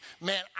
man